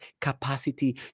capacity